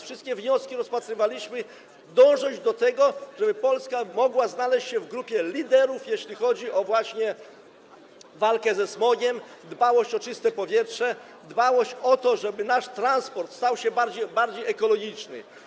Wszystkie wnioski rozpatrywaliśmy, dążąc do tego, żeby Polska mogła znaleźć się w grupie liderów, jeśli chodzi o walkę ze smogiem, dbałość o czyste powietrze, dbałość o to, żeby nasz transport stał się bardziej ekologiczny.